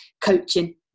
coaching